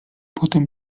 potem